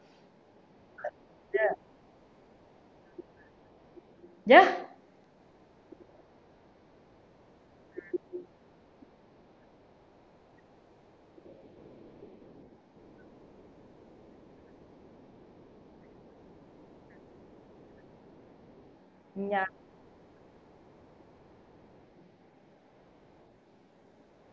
ya ya